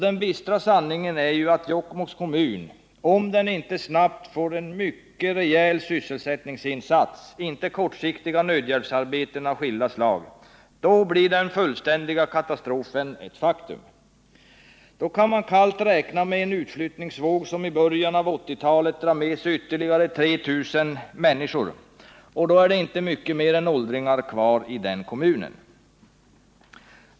Den bistra sanningen är ju att om Jokkmokks kommun inte snabbt får några stora rejäla sysselsättningsinsatser, inte kortsiktiga nödhjälpsarbeten, så blir den fullständiga katastrofen ett faktum. Då har man kallt att räkna med en utflyttningsvåg som i början av 1980-talet drar med sig ytterligare 3 000 människor, och då blir det inte kvar mycket mer än åldringar i kommunen.